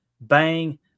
Bang